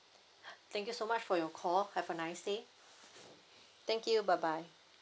thank you so much for your call have a nice day thank you bye bye